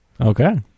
Okay